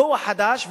כוח חדש,